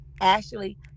Ashley